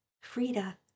Frida